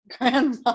grandma